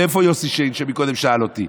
איפה יוסי שיין, שקודם שאל אותי?